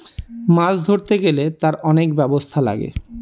মাছ ধরতে গেলে তার অনেক ব্যবস্থা লাগে